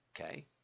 okay